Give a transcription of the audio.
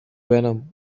venom